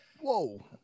Whoa